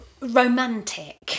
romantic